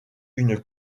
une